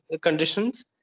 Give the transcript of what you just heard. conditions